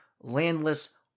landless